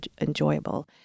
enjoyable